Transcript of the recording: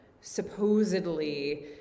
supposedly